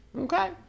Okay